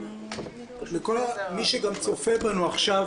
לכל מי שצופה בנו עכשיו